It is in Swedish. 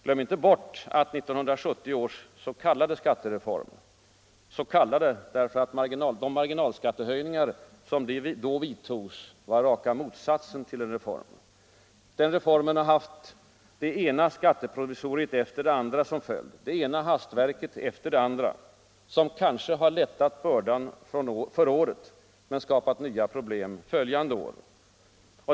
Glöm inte bort att vi sedan 1970 års så kallade skattereform — så kallade, därför att de marginalskattehöjningar som då vidtogs var raka motsatsen till en reform — haft det ena skatteprovisoriet efter det andra, det ena hastverket efter det andra, som kanske lättat bördan för året men skapat nya problem följande år.